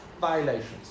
violations